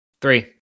Three